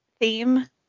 theme